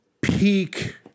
peak